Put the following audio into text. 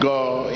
God